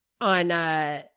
on, –